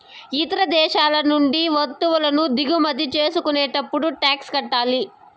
ఇతర దేశాల నుండి వత్తువులను దిగుమతి చేసుకునేటప్పుడు టాక్స్ కట్టాలి